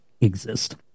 exist